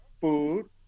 food